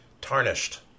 tarnished